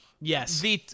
Yes